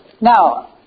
Now